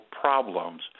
problems